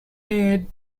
need